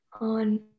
On